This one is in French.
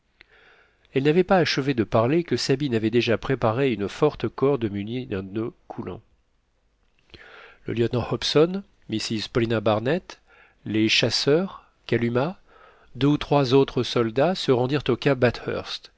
elle n'avait pas achevé de parler que sabine avait déjà préparé une forte corde munie d'un noeud coulant le lieutenant hobson mrs paulina barnett les chasseurs kalumah deux ou trois autres soldats se rendirent au cap bathurst